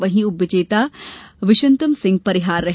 वहीं उपविजेता विशंतम सिंह परिहार रहे